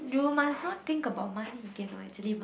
know must not think about money k no actually must